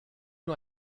nur